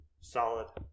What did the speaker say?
solid